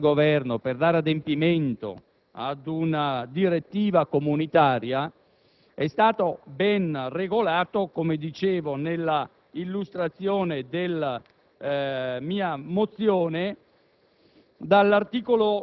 soggiace, impiegato dal Governo per dare adempimento a una direttiva comunitaria, è stato ben regolato - come dicevo nell'illustrazione della pregiudiziale